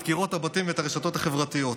את קירות הבתים ואת הרשתות החברתיות.